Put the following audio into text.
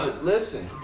Listen